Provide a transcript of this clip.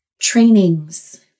Trainings